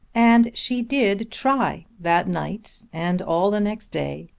and she did try that night and all the next day,